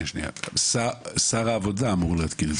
שר העבודה אמור לעדכן את זה?